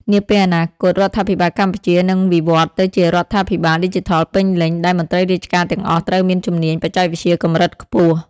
នាពេលអនាគត រដ្ឋាភិបាលកម្ពុជានឹងវិវត្តទៅជារដ្ឋាភិបាលឌីជីថលពេញលេញ ដែលមន្ត្រីរាជការទាំងអស់ត្រូវមានជំនាញបច្ចេកវិទ្យាកម្រិតខ្ពស់។